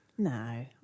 No